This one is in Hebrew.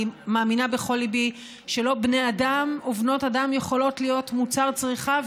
אני מאמינה בכל ליבי שבני אדם ובנות אדם לא יכולות להיות מוצר צריכה,